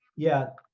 yeah,